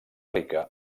rica